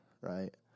right